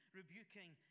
rebuking